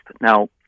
Now